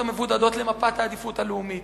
המבודדות למפת אזורי העדיפות הלאומית.